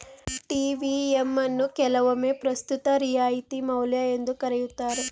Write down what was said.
TVM ಅನ್ನು ಕೆಲವೊಮ್ಮೆ ಪ್ರಸ್ತುತ ರಿಯಾಯಿತಿ ಮೌಲ್ಯ ಎಂದು ಕರೆಯುತ್ತಾರೆ